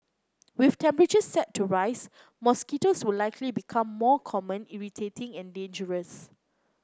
with temperatures set to rise mosquitoes will likely become more common irritating and dangerous